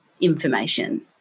information